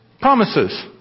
promises